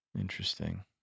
Interesting